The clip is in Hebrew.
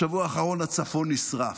בשבוע האחרון הצפון נשרף.